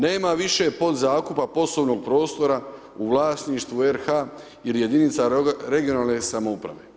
Nema više podzakupa poslovnog prostora u vlasništvu RH ili jedinica regionalne samouprave.